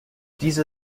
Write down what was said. diese